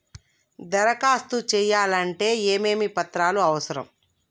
దరఖాస్తు చేయాలంటే ఏమేమి పత్రాలు అవసరం?